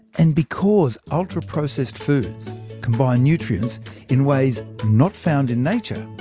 and because ultraprocessed foods combine nutrients in ways not found in nature,